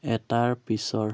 এটাৰ পিছৰ